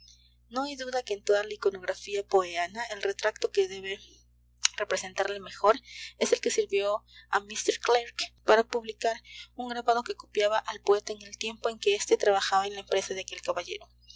no hay duda que en toda la iconografía poeana el retrato que debe representarle mejor es el que sirvió a mr clarke para publicar un grabado que copiaba al poeta en el tiempo en que éste trabajaba en la empresa de aquel caballero